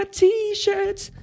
t-shirts